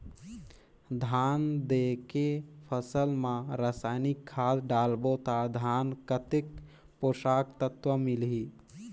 धान देंके फसल मा रसायनिक खाद डालबो ता धान कतेक पोषक तत्व मिलही?